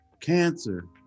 cancer